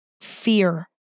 fear